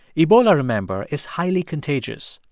ebola, remember, is highly contagious.